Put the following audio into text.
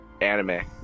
Anime